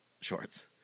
shorts